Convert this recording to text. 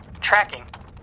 Tracking